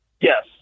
Yes